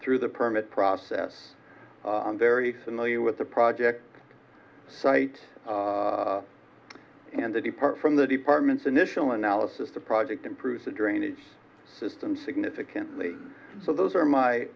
through the permit process very familiar with the project site and to depart from the department's initial analysis the project improves the drainage system significantly so those are my